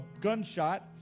gunshot